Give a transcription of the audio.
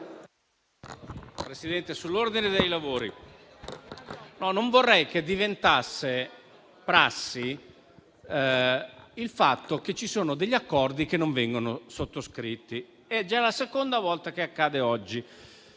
Presidente, non vorrei che diventasse prassi il fatto che ci sono degli accordi che non vengono sottoscritti. È già la seconda volta che accade oggi.